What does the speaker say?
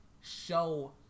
show